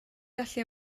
gallu